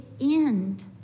end